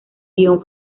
guion